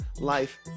life